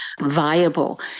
viable